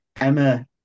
Emma